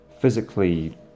physically